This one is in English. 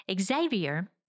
Xavier